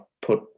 put